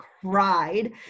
cried